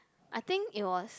I think it was